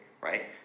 right